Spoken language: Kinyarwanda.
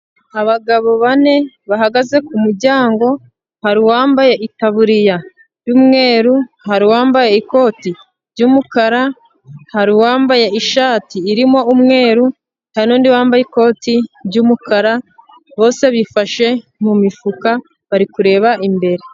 Abagabo bane bahagaze ku muryango, hari uwambaye itaburiya y'umweru, hari uwambaye ikoti ry'umukara, hari uwambaye ishati irimo umweru, hari n'undi wambaye ikoti ry'umukara, bose bifashe mu mifuka bari kureba imbere.